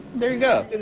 there you go.